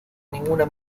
ninguna